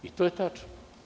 I to je tačno.